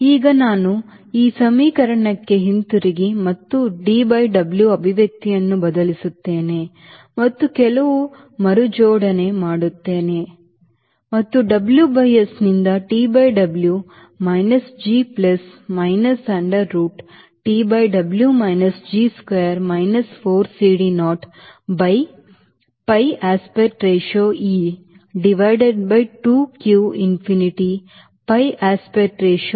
ಈಗ ನಾನು ಈ ಸಮೀಕರಣಕ್ಕೆ ಹಿಂತಿರುಗಿ ಮತ್ತು ಇಲ್ಲಿ DW ಅಭಿವ್ಯಕ್ತಿಯಿಂದ ಬದಲಿಸುತ್ತೇನೆ ಮತ್ತು ಕೆಲವು ಮರುಜೋಡಣೆ ಮಾಡುತ್ತೇನೆ ಮತ್ತು W S ನಿಂದ T W minus G plus minus under root T by W minus G square minus 4 CD naught by pi aspect ratio e divided by 2 q infinity pi aspect ratio e